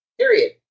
period